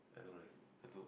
like no leh I don't